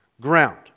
ground